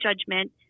judgment